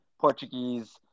Portuguese